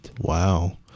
wow